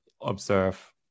observe